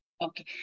Okay